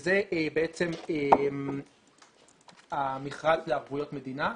זה בעצם המכרז לערבויות מדינה.